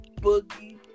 Boogie